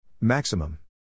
Maximum